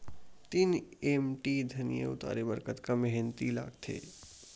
तीन एम.टी धनिया उतारे बर कतका मेहनती लागथे?